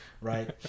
Right